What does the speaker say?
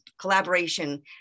collaboration